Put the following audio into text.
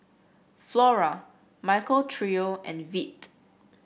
Flora Michael Trio and Veet